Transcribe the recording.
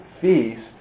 feast